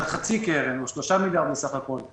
על חצי קרן או 3 מיליארד בסך הכול,